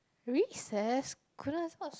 recess goodness what's